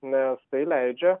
nes tai leidžia